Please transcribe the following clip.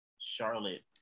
Charlotte